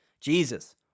Jesus